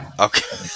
Okay